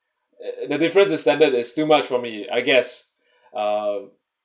uh the differences in standard is too much for me I guess uh